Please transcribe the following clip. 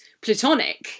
platonic